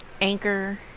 Anchor